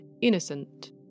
innocent